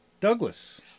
Douglas